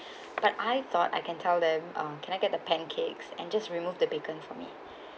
but I thought I can tell them uh can I get the pancakes and just remove the bacon from it